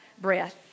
breath